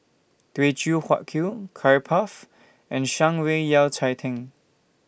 Teochew Huat Kuih Curry Puff and Shan Rui Yao Cai Tang